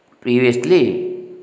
previously